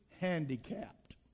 handicapped